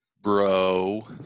Bro